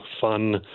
fun